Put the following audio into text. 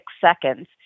seconds